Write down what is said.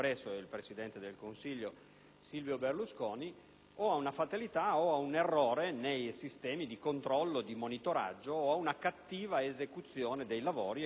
Silvio Berlusconi, o ad un errore nei sistemi di controllo e monitoraggio, o a una cattiva esecuzione dei lavori e quindi ad un successivo carente